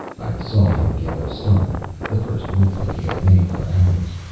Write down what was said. i saw him give a start the first movement he had made for hours.